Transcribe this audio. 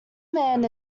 man